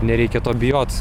nereikia to bijot